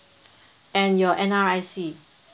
and your N_R_I_C